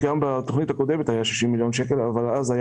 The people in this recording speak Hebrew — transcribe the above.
גם בתכנית הקודמת היו 60 מיליון שקלים אבל אז הכסף היה